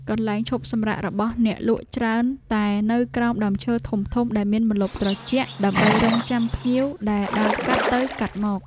កន្លែងឈប់សម្រាករបស់អ្នកលក់ច្រើនតែនៅក្រោមដើមឈើធំៗដែលមានម្លប់ត្រជាក់ ដើម្បីរង់ចាំភ្ញៀវដែលដើរកាត់ទៅកាត់មក។